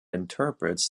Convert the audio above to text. interprets